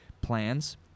plans